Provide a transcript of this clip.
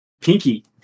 Pinky